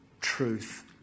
truth